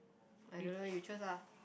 I don't know you choose ah